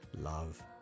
love